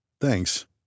Thanks